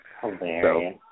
Hilarious